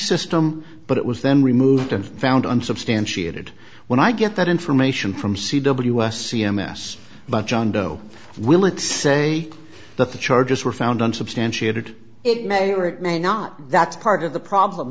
system but it was then removed and found unsubstantiated when i get that information from c ws c m s by john doe will it say that the charges were found unsubstantiated it may or may not that's part of the problem